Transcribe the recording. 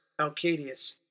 Alcadius